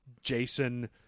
Jason